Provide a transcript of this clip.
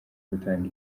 gutanga